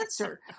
answer